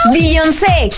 Beyoncé